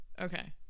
Okay